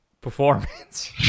performance